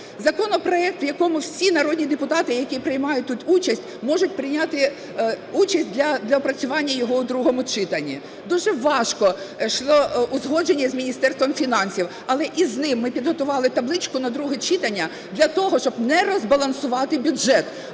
Законопроект, в якому всі народні депутати, які приймають тут участь, можуть прийняти участь для доопрацювання його у другому читанні. Дуже важко йшло узгодження із Міністерством фінансів. Але із ним ми підготували табличку на друге читання для того, щоб не розбалансувати бюджет,